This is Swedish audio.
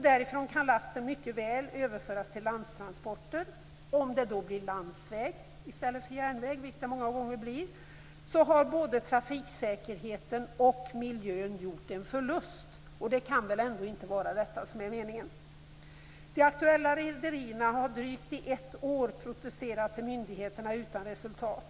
Därifrån kan lasten mycket väl överföras till landtransporter. Om det då blir landsväg i stället för järnväg, vilket det många gånger blir, har både trafiksäkerheten och miljön gjort en förlust. Det kan väl ändå inte vara det som är meningen? De aktuella rederierna har i drygt ett år protesterat till myndigheterna utan resultat.